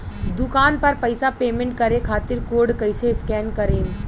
दूकान पर पैसा पेमेंट करे खातिर कोड कैसे स्कैन करेम?